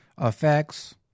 effects